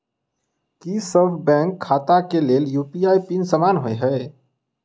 की सभ बैंक खाता केँ लेल यु.पी.आई पिन समान होइ है?